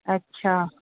अछा